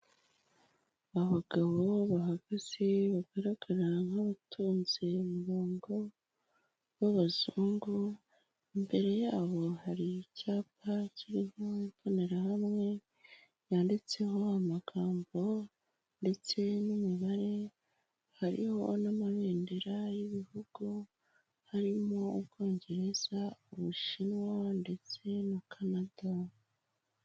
Abagabo bahagaze bagaragara nk'abatunze umurongo b'abazungu, imbere yabo hari icyapa kiriho imbonerahamwe yanditseho amagambo ndetse n'imibare hariho n'amabendera y'ibihugu harimo; Ubwongereza, Ubushinwa ndetse na Canada.